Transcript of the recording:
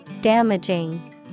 Damaging